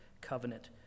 covenant